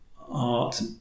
art